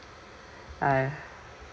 I